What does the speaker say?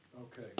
Okay